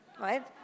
Right